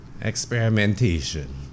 Experimentation